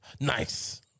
Nice